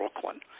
Brooklyn